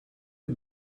wir